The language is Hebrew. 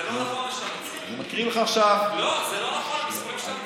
אני רוצה לומר, זה לא נכון מה שאתה מציג.